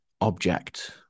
object